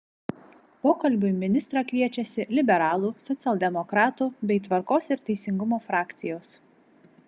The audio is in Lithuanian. pokalbiui ministrą kviečiasi liberalų socialdemokratų bei tvarkos ir teisingumo frakcijos